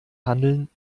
handeln